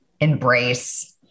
embrace